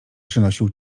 przynosił